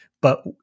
But-